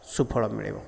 ସୁଫଳ ମିଳିବ